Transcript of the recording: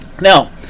Now